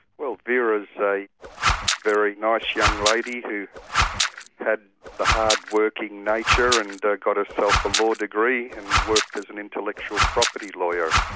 well, vera's a very nice young lady who had the hard-working nature, and got herself a law degree, and worked as an intellectual property lawyer,